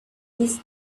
this